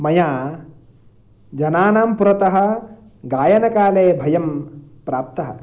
मया जनानां पुरतः गायनकाले भयं प्राप्तः